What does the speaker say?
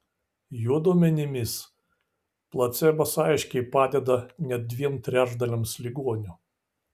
jo duomenimis placebas aiškiai padeda net dviem trečdaliams ligonių